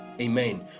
amen